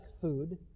food